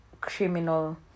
criminal